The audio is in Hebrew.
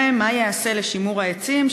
2. מה ייעשה לשימור העצים,